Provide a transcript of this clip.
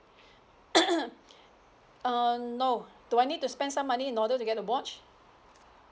err no do I need to spend some money in order to get the watch